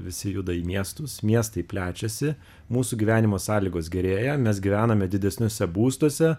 visi juda į miestus miestai plečiasi mūsų gyvenimo sąlygos gerėja mes gyvename didesniuose būstuose